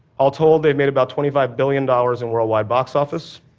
all told, they've made about twenty five billion dollars in worldwide box office,